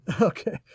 Okay